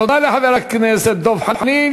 תודה לחבר הכנסת דב חנין.